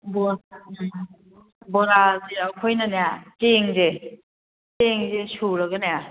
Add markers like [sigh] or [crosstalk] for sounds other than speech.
[unintelligible] ꯕꯣꯔꯥꯁꯦ ꯑꯩꯈꯣꯏꯅꯅꯦ ꯆꯦꯡꯁꯦ ꯆꯦꯡꯁꯦ ꯁꯨꯔꯒꯅꯦ